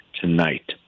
tonight